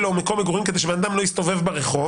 לו מקום מגורים כדי שבן אדם לא יסתובב ברחוב.